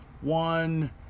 One